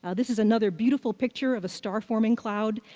ah this is another beautiful picture of a star-forming cloud.